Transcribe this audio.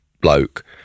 bloke